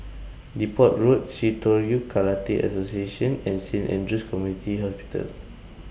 Depot Road Shitoryu Karate Association and Saint Andrew's Community Hospital